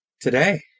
Today